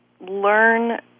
learn